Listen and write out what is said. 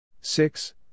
Six